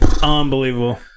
unbelievable